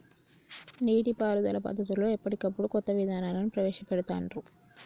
నీటి పారుదల పద్దతులలో ఎప్పటికప్పుడు కొత్త విధానాలను ప్రవేశ పెడుతాన్రు